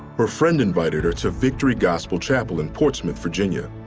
her friend invited her to victory gospel chapel in portsmouth, virginia.